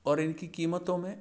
और इनकी कीमतों में